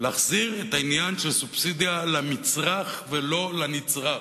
להחזיר את העניין של הסובסידיה למצרך ולא לנצרך.